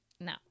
no